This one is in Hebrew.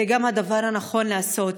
זה גם הדבר הנכון לעשות,